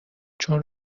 چون